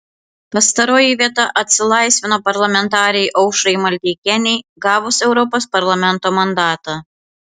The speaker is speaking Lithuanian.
pastaroji vieta atsilaisvino parlamentarei aušrai maldeikienei gavus europos parlamento mandatą